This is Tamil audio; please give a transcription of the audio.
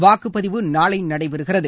வாக்குப்பதிவு நாளை நடைபெறுகிறது